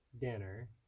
Dinner